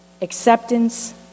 acceptance